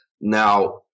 now